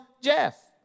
Jeff